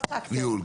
לא צעקתי.